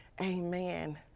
amen